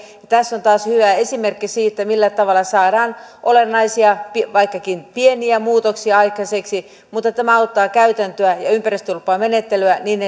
tässä on taas hyvä esimerkki siitä millä tavalla saadaan olennaisia vaikkakin pieniä muutoksia aikaan mutta tämä auttaa käytäntöä ja ympäristölupamenettelyä niin